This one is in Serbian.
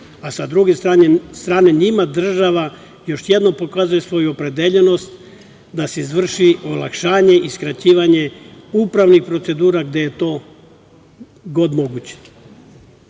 a sa druge strane njima država još jednom pokazuje svoju opredeljenost da se izvrši olakšanje i skraćivanje upravnih procedura gde je to god moguće. Ovde